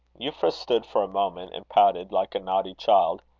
euphra stood for a moment and pouted like a naughty child.